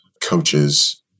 coaches